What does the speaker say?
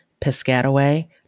Piscataway